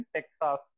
Texas